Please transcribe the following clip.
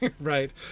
Right